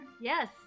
Yes